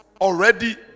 already